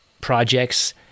projects